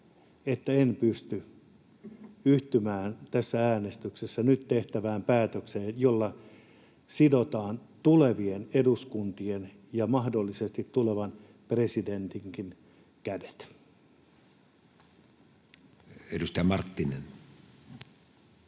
että en pysty yhtymään tässä äänestyksessä nyt tehtävään päätökseen, jolla sidotaan tulevien eduskuntien ja mahdollisesti tulevan presidentinkin kädet. [Speech